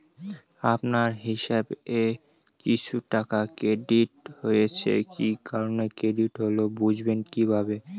আপনার হিসাব এ কিছু টাকা ক্রেডিট হয়েছে কি কারণে ক্রেডিট হল বুঝবেন কিভাবে?